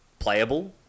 playable